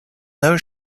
those